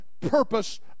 purpose